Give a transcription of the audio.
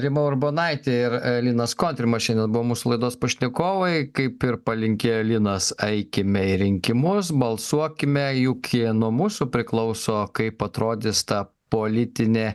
rima urbonaitė ir linas kontrimas šiandien buvo mūsų laidos pašnekovai kaip ir palinkėjo linas eikime į rinkimus balsuokime juk jie nuo mūsų priklauso kaip atrodys ta politinė